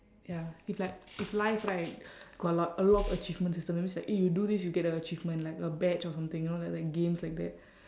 ya if like if life right got a lot a lot of achievement system that means like eh you do this you get a achievement like a badge or something you know like like games like that